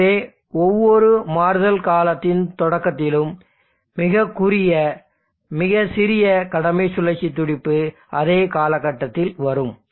எனவே ஒவ்வொரு மாறுதல் காலத்தின் தொடக்கத்திலும் மிகக் குறுகிய மிக சிறிய கடமை சுழற்சி துடிப்பு அதே காலகட்டத்தில் வரும்